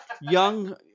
Young